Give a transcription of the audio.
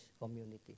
community